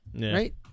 Right